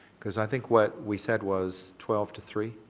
cause i think what we said was twelve to three.